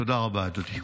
תודה רבה, אדוני.